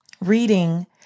reading